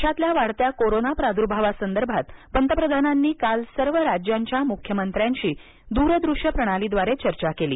देशातल्या वाढत्या कोरोना प्रादूर्भावासंदर्भात पंतप्रधानांनी काल सर्व राज्यांच्या मुख्यमंत्र्यांशी दुरदृष्य प्रणालीद्वारे चर्चा केली